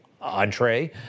entree